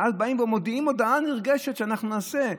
ואז מודיעים הודעה נרגשת: אנחנו נעשה.